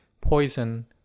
poison